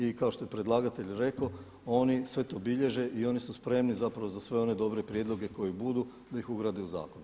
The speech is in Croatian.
I kao što je predlagatelj rekao oni sve to bilježe i oni su spremni zapravo za sve one dobre prijedloge koji budu da ih ugrade u zakon.